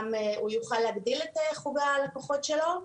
הוא יוכל להגדיל את חוג הלקוחות שלו.